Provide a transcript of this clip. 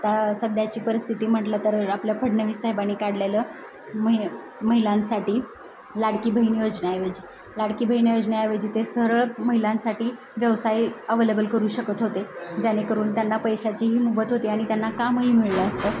आता सध्याची परिस्थिती म्हटलं तर आपलं फडणवीस साहेबानी काढलेलं महि महिलांसाठी लाडकी बहीण योजनाऐवजी लाडकी बहीण योजनाऐवजी ते सरळ महिलांसाठी व्यवसाय अवलेबल करू शकत होते जेणेकरून त्यांना पैशाचीही मुबत होती आणि त्यांना कामही मिळलं असतं